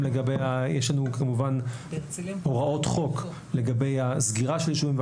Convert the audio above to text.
יש לנו כמובן הוראות חוק לגבי הסגירה של האישורים.